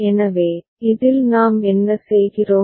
எனவே இதில் நாம் என்ன செய்கிறோம்